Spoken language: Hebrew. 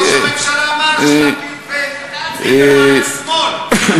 ראש הממשלה אמר שלפיד וליברמן הם שמאל,